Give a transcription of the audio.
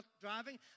driving